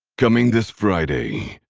coming this friday,